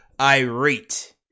irate